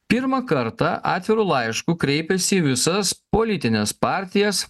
pirmą kartą atviru laišku kreipėsi į visas politines partijas